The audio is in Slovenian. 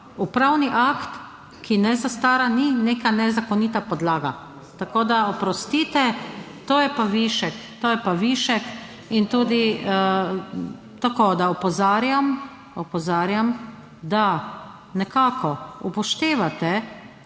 Upravni akt, ki ne zastara, ni neka nezakonita podlaga. Tako da oprostite, to je pa višek, to je pa višek in tudi tako, da opozarjam, opozarjam, da nekako upoštevate,